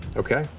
okay.